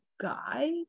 guy